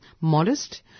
modest